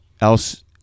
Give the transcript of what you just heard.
else